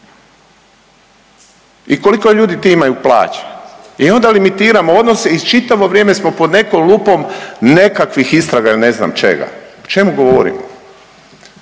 I koliko ljudi ti imaju plaću? I onda limitiramo odnose i čitavo vrijeme smo pod nekom lupom nekakvih istraga ili ne znam čega. O čemu govorimo?